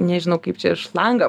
nežinau kaip čia šlangą